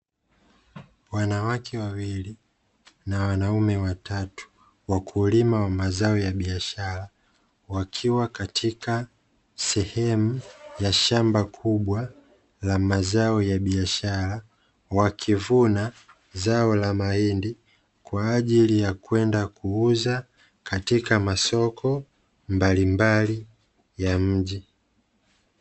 Wanawake wawili na wanaume watatu wakulima wa mazao ya biashara, wakiwa katika sehemu ya shamba kubwa la mazao ya biashara wakivuna zao la mahindi kwa ajili ya kwenda kuuza katika masoko mbalimbali ya mji.